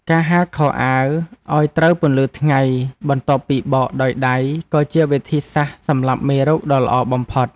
ការហាលខោអាវឱ្យត្រូវពន្លឺថ្ងៃបន្ទាប់ពីបោកដោយដៃក៏ជាវិធីសាស្ត្រសម្លាប់មេរោគដ៏ល្អបំផុត។